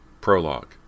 Prologue